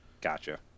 Gotcha